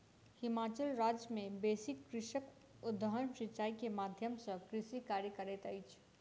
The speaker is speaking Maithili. हिमाचल राज्य मे बेसी कृषक उद्वहन सिचाई के माध्यम सॅ कृषि कार्य करैत अछि